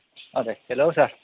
दे हेल' सार